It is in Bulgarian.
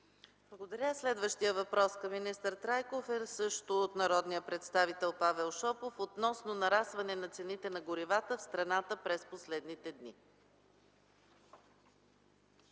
Благодаря. Следващият въпрос към министър Трайков е също от народния представител Павел Шопов и е относно нарастване цените на горивата в страната през последните дни.